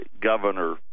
governor